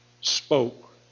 spoke